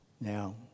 Now